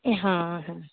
हँ हँ